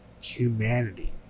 humanity